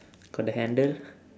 got the handle